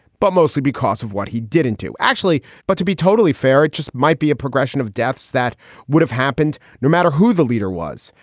but mostly because of what he did in two, actually. but to be totally fair, it just might be a progression of deaths that would have happened no matter who the leader was.